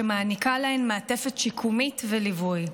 שמעניקה להן מעטפת שיקומית וליווי.